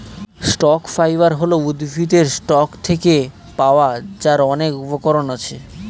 stock fibre হল উদ্ভিদের stalk থেকে পাওয়া যার অনেক উপকরণ আছে